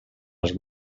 els